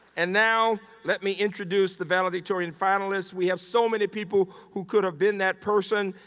and now, let me introduce the valedictorian finalists. we have so many people who could have been that person.